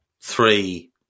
three